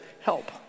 help